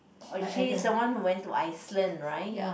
oh she is the one who went to Iceland right